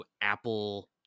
Apple